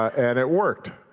and it worked.